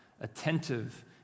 attentive